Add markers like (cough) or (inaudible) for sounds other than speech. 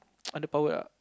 (noise) under powered lah